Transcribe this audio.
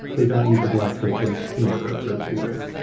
they don't need the black coaches in order for it to work.